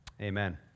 Amen